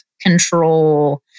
control